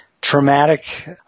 traumatic